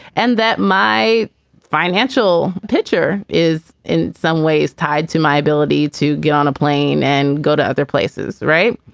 and that my financial picture is in some ways tied to my ability to get on a plane and go to other places. right.